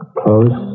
close